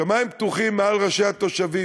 שמים פתוחים מעל ראשי התושבים,